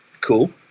cool